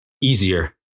easier